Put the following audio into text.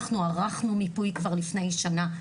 אנחנו ערכנו מיפוי כבר לפני שנה,